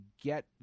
get